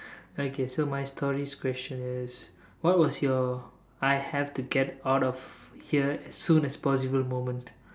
okay so my story's question is what is you I have to get out of here as soon as possible moment